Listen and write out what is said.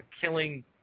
killing